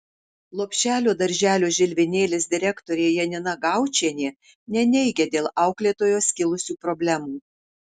lopšelio darželio žilvinėlis direktorė janina gaučienė neneigia dėl auklėtojos kilusių problemų